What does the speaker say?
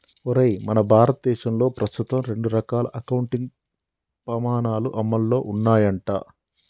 ఒరేయ్ మన భారతదేశంలో ప్రస్తుతం రెండు రకాల అకౌంటింగ్ పమాణాలు అమల్లో ఉన్నాయంట